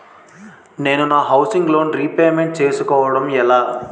నేను నా housing loan repayment చేసుకోవటం ఎలా?